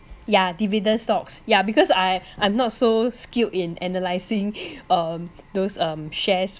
ya dividend stocks yeah because I I'm not so skilled in analysing um those um shares